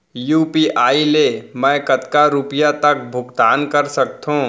UPI ले मैं कतका रुपिया तक भुगतान कर सकथों